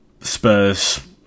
Spurs